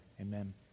Amen